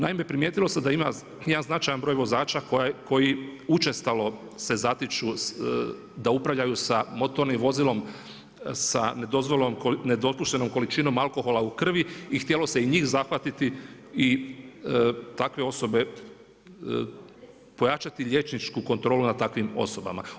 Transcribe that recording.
Naime primijetilo se da ima jedna značajan broj vozača koji učestalo se zatiču da upravljaju sa motornim vozilom sa nedopuštenom količinom alkohola u krvi i htjelo se i njih zahvatiti i takve osobe, pojačati liječničku kontrolu nad takvim osobama.